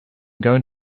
going